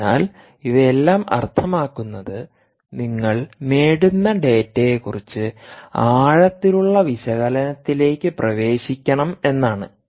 അതിനാൽ ഇവയെല്ലാം അർത്ഥമാക്കുന്നത് നിങ്ങൾ നേടുന്ന ഡാറ്റയെക്കുറിച്ച് ആഴത്തിലുള്ള വിശകലനത്തിലേക്ക് പ്രവേശിക്കണം എന്നാണ്